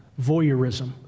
voyeurism